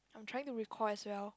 trying to recall as well